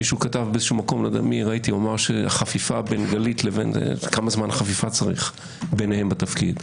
מישהו כתב שהחפיפה בין גלית כמה זמן חפיפה צריך ביניהם בתפקיד?